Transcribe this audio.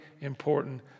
important